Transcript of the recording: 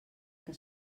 que